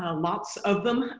ah lots of them,